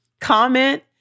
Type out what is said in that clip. comment